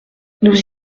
nous